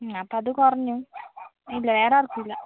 അപ്പം അത് കുറഞ്ഞു ഇല്ല വേറാർക്കുമില്ല